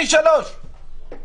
פי שלושה.